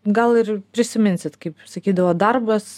gal ir prisiminsit kaip sakydavo darbas